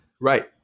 right